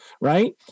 right